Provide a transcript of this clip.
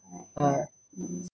like like mm